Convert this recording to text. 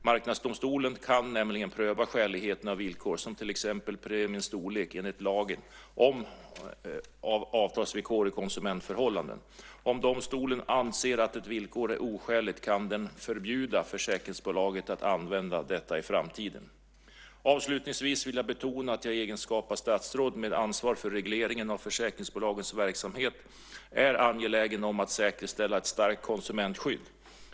Marknadsdomstolen kan nämligen pröva skäligheten av villkor som till exempel premiens storlek enligt lagen om avtalsvillkor i konsumentförhållanden. Om domstolen anser att ett villkor är oskäligt kan den förbjuda försäkringsbolaget att använda detta i framtiden. Avslutningsvis vill jag betona att jag i egenskap av statsråd med ansvar för regleringen av försäkringsbolagens verksamhet är angelägen om att säkerställa ett starkt konsumentskydd.